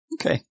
Okay